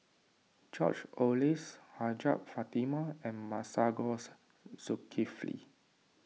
George Oehlers Hajjah Fatimah and Masagos Zulkifli